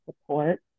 support